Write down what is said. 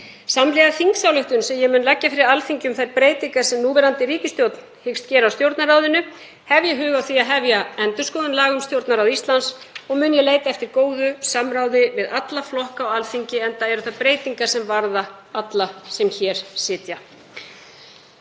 Samhliða þingsályktunartillögu sem ég mun leggja fyrir Alþingi um þær breytingar sem núverandi ríkisstjórn hyggst gera á Stjórnarráðinu hef ég hug á því að hefja endurskoðun laga um Stjórnarráð Íslands. Mun ég leita eftir góðu samráði við alla flokka á Alþingi enda eru þetta breytingar sem varða alla sem hér sitja.